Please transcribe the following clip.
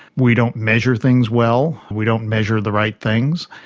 we don't measure things well, we don't measure the right things,